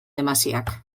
desmasiak